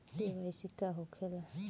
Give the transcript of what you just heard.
KYC का होखेला?